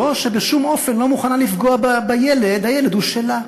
זו שבשום אופן לא מוכנה לפגוע בילד, הילד הוא שלה.